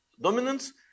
dominance